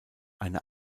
eine